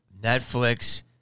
Netflix